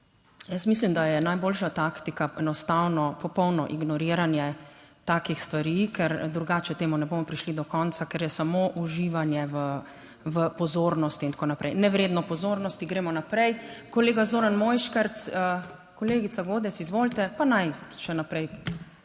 Jaz mislim, da je najboljša taktika enostavno popolno ignoriranje takih stvari, ker drugače temu ne bomo prišli do konca, ker je samo uživanje V pozornosti in tako naprej, nevredno pozornosti. Gremo naprej. Kolega Zoran Mojškerc. Kolegica Godec, izvolite. Pa naj še naprej,